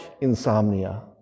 insomnia